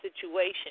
situation